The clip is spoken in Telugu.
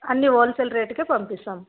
అన్నీహోల్ సేల్ రేట్కే పంపిస్తాం